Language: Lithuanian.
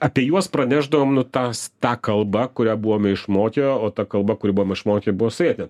apie juos pranešdavom nu tas tą kalbą kuria buvome išmokę o ta kalba kuri buvom išmokę buvo sovietinė